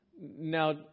Now